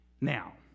Now